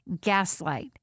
gaslight